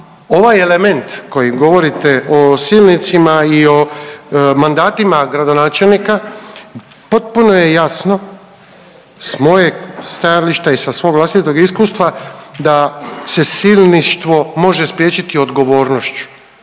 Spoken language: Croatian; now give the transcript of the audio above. ovaj element koji govorite o silnicima i o mandatima gradonačelnika potpuno je jasno s mog stajališta i sa svog vlastitog iskustva da se silništvo može spriječiti odgovornošću